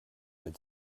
mit